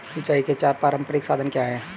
सिंचाई के चार पारंपरिक साधन क्या हैं?